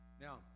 Now